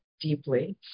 deeply